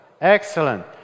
excellent